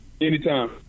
Anytime